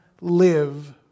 live